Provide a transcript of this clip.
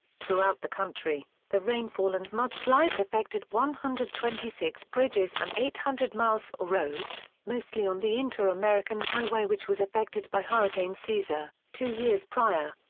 throughout the country, the rainfall and mudslides affected one hundred and twenty six bridges and eight hundred miles or roads, mostly on the inter-american highway which was affected by hurricane cesar, two years prior.